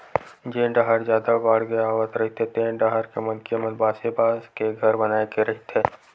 जेन डाहर जादा बाड़गे आवत रहिथे तेन डाहर के मनखे मन बासे बांस के घर बनाए के रहिथे